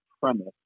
premise